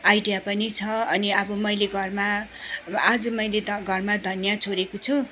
idea पनि छ अनि अब मैले घरमा आज मैले त घरमा धनियाँ छरेको छु